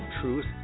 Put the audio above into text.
Truth